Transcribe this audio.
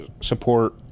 support